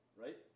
Right